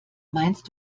meinst